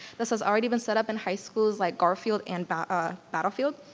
this has already been set up in high schools like gar-field and ah battlefield.